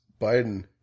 Biden